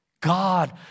God